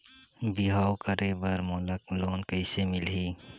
बिहाव करे बर मोला लोन कइसे मिलही?